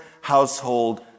household